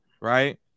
right